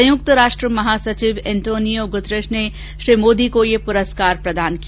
संयुक्त राष्ट्र महासचिव अंतोनियो गुतरश ने श्री मोदी को यह पुरस्कार प्रदान किया